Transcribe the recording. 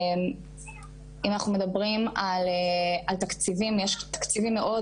אם אנחנו מדברים על תקציבים יש תקציבים מאוד